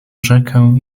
rzekę